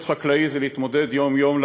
להיות חקלאי זה להתמודד יום יום,